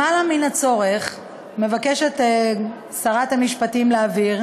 למעלה מן הצורך, מבקשת שרת המשפטים להבהיר